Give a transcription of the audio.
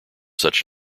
such